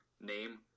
name